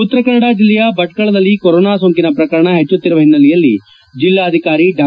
ಉತ್ತರಕನ್ನಡ ಜಿಲ್ಲೆಯ ಭಟ್ನಳದಲ್ಲಿ ಕೊರೊನಾ ಸೋಂಕಿನ ಪ್ರಕರಣ ಹೆಚ್ಚುತ್ತಿರುವ ಹಿನ್ನೆಲೆಯಲ್ಲಿ ಜಿಲ್ಲಾಧಿಕಾರಿ ಡಾ